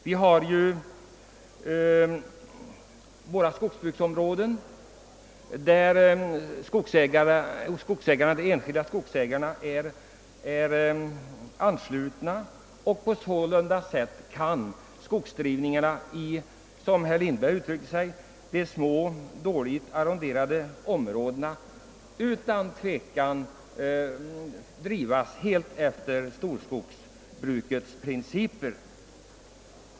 Vi har våra skogsbruksområden, där de enskilda skogsägarna är anslutna, och på detta sätt kan skogsdrivningarna i de små och dåligt arronderade områdena utan tvekan drivas helt efter moderna storskogsbruksprinciper.